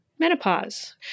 Menopause